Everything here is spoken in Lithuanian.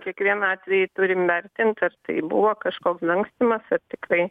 kiekvieną atvejį turim vertint ar tai buvo kažkoks dangstymas ar tikrai